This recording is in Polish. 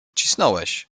cisnąłeś